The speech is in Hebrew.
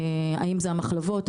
האם אלה המחלבות,